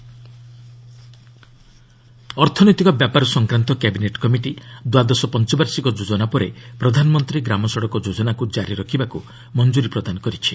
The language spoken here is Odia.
ସିସିଇଏ ପିଏମ୍ଜିଏସ୍ୱାଇ ଅର୍ଥନୈତିକ ବ୍ୟାପାର ସଂକ୍ରାନ୍ତ କ୍ୟାବିନେଟ୍ କମିଟି ଦ୍ୱାଦଶ ପଞ୍ଚବାର୍ଷିକ ଯୋଜନା ପରେ ପ୍ରଧାନମନ୍ତ୍ରୀ ଗ୍ରାମସଡ଼କ ଯୋଜନାକୁ ଜାରି ରଖିବାକୁ ମଞ୍ଜର ପ୍ରଦାନ କରିଛି